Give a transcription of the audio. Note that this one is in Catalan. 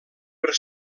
per